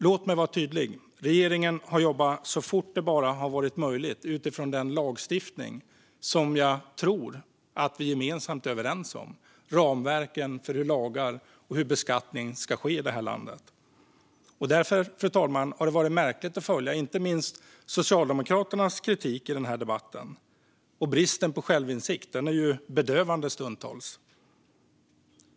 Låt mig vara tydlig: Regeringen har jobbat så fort det bara har varit möjligt utifrån den lagstiftning som jag tror att vi gemensamt är överens om: ramverken för hur det ska gå till med lagar och beskattning i det här landet. Därför, fru talman, har det varit märkligt att följa inte minst Socialdemokraternas kritik i debatten. Bristen på självinsikt är stundtals bedövande.